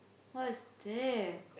what's that